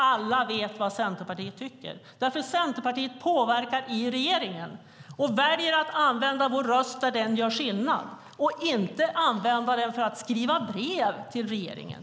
Alla vet vad Centerpartiet tycker, för Centerpartiet påverkar i regeringen och väljer att använda vår röst där den gör skillnad! Vi använder den inte för att skriva brev till regeringen.